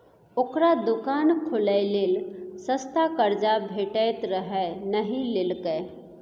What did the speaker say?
ओकरा दोकान खोलय लेल सस्ता कर्जा भेटैत रहय नहि लेलकै